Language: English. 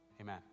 Amen